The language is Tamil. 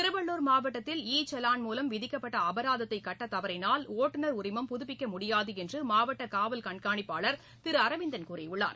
திருவள்ளுர் மாவட்டத்தில் இ செலான் மூலம் விதிக்கப்பட்ட அபராதத்தை கட்டத் தவறினால் ஒட்டுநர் உரிமம் புதுப்பிக்க முடியாது என்று மாவட்ட காவல் கண்காணிப்பாளர் திரு அரவிந்தன் கூறியுள்ளார்